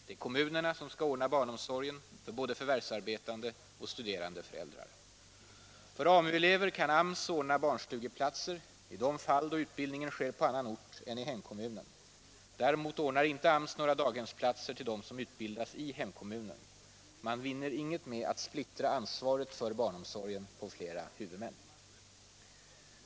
Det är kommunerna som skall ordna barnomsorgen för både förvärvsarbetande och studerande föräldrar. För AMU-elever kan AMS ordna barnstugeplatser i de fall då utbildningen sker på annan ort än i hemkommunen. Däremot ordnar inte AMS några daghemsplatser till dem som utbildas i hemkommunen. Man vinner inget med att splittra ansvaret för barnomsorgen på flera huvudmän.